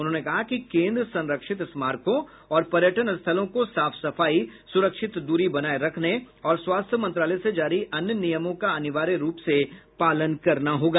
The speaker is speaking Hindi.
उन्होंने कहा कि केन्द्र संरक्षित स्मारकों और पर्यटन स्थलों को साफ सफाई सुरक्षित दूरी बनाये रखने और स्वास्थ्य मंत्रालय से जारी अन्य नियमों का अनिवार्य रूप से पालन करना होगा